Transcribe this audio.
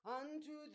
unto